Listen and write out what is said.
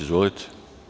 Izvolite.